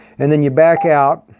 and then you back out,